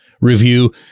review